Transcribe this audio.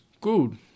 good